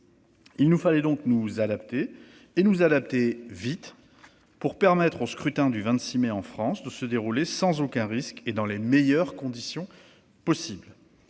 Il nous fallait donc nous adapter, et le faire vite, pour permettre au scrutin qui aura lieu le 26 mai en France de se dérouler sans aucun risque, et dans les meilleures conditions possible.